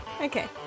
okay